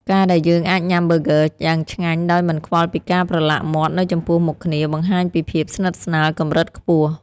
ការដែលយើងអាចញ៉ាំប៊ឺហ្គឺយ៉ាងឆ្ងាញ់ដោយមិនខ្វល់ពីការប្រឡាក់មាត់នៅចំពោះមុខគ្នា បង្ហាញពីភាពស្និទ្ធស្នាលកម្រិតខ្ពស់។